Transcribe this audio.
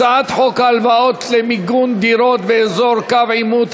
הצעת חוק הלוואות למיגון דירות באזורי קו העימות,